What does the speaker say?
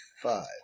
five